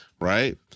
right